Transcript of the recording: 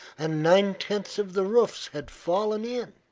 and nine-tenths of the roofs had fallen in,